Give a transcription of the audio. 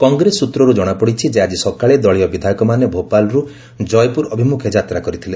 କଂଗ୍ରେସ ସୂତ୍ରରୁ ଜଣାପଡ଼ିଛି ଯେ ଆଜି ସକାଳେ ଦଳୀୟ ବିଧାୟକମାନେ ଭୋପାଲରୁ ଜୟପୁର ଅଭିମୁଖେ ଯାତ୍ରା କରିଥିଲେ